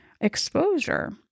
exposure